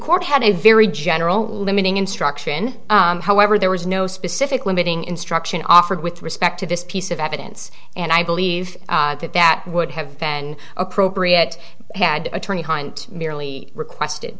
court had a very general limiting instruction however there was no specific limiting instruction offered with respect to this piece of evidence and i believe that that would have been appropriate had attorney hind merely requested